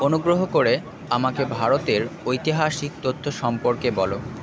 অনুগ্রহ করে আমাকে ভারতের ঐতিহাসিক তথ্য সম্পর্কে বলো